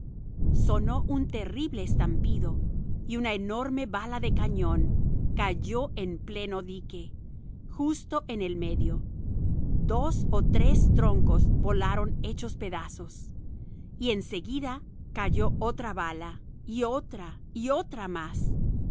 sonó un terrible estampido y una enorme bala de cañón cayó en pleno dique justo en el medio dos o tres troncos volaron hechos pedazos y en seguida cayó otra bala y otra y otra más